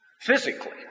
physically